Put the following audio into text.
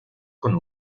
con